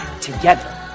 together